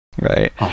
Right